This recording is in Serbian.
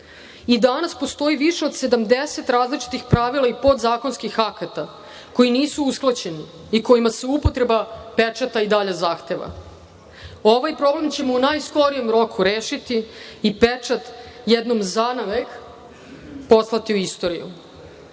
i danas postoji više od 70 različitih pravila i podzakonskih akata koji nisu usklađeni i kojima se upotreba pečata i dalje zahteva. Ovaj problem ćemo u najskorijem roku rešiti, i pečat jednom zanavek poslati u istoriju.